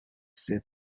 said